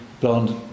blonde